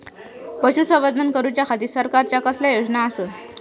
पशुसंवर्धन करूच्या खाती सरकारच्या कसल्या योजना आसत?